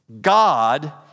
God